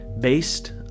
based